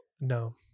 No